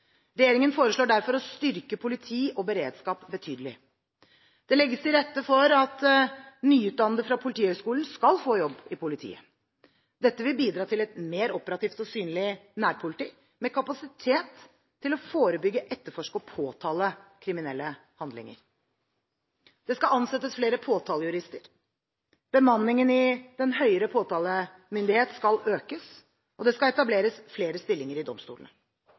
Regjeringen foreslår derfor å styrke politi og beredskap betydelig. Det legges til rette for at nyutdannede fra Politihøgskolen skal få jobb i politiet. Dette vil bidra til et mer operativt og synlig nærpoliti med kapasitet til å forebygge, etterforske og påtale kriminelle handlinger. Det skal ansettes flere påtalejurister, bemanningen i den høyere påtalemyndigheten skal økes, og det skal etableres flere stillinger i domstolene.